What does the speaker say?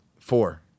Four